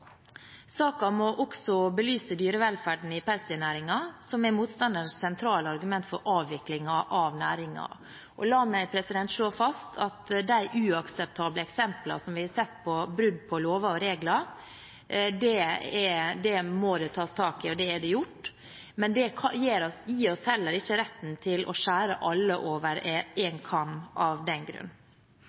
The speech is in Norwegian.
Saken må også belyse dyrevelferden i pelsdyrnæringen, som er motstandernes sentrale argument for avviklingen av næringen. La meg slå fast at de uakseptable eksemplene som vi har sett på brudd på lover og regler, må tas tak i, og det er gjort. Men det gir oss heller ikke retten til å skjære alle over en kam av den grunn.